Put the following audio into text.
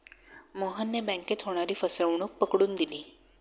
मोहनने बँकेत होणारी फसवणूक पकडून दिली